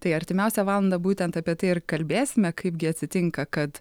tai artimiausią valandą būtent apie tai ir kalbėsime kaipgi atsitinka kad